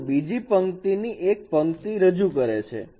h2 બીજી પંક્તિ ની એક પંક્તિ રજૂ કરે છે